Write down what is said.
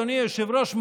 אדוני היושב-ראש,